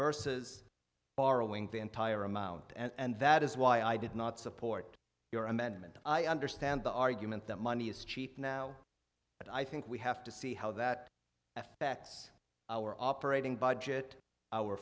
versus borrowing the entire amount and that is why i did not support your amendment i understand the argument that money is cheap now but i think we have to see how that affects our operating budget our